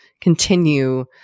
continue